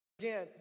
again